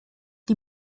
die